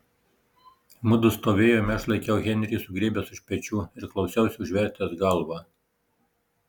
mudu stovėjome aš laikiau henrį sugriebęs už pečių ir klausiausi užvertęs galvą